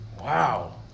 Wow